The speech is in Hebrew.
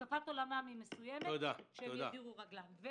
השקפת העולמם היא מסוימת שהם ידירו רגלם.